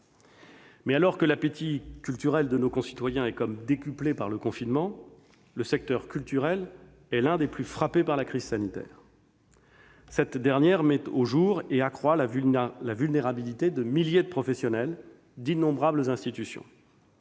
Mais alors que l'appétit culturel des Français est comme décuplé par le confinement, le secteur culturel est l'un des plus frappés par la crise sanitaire. Cette dernière met au jour et accroît la vulnérabilité de milliers de professionnels et d'innombrables institutions.